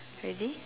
ready